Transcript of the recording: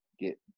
get